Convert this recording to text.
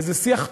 איזה שיח תורן,